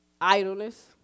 Idleness